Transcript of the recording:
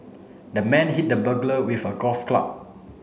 the man hit the burglar with a golf club